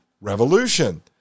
revolution